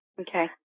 Okay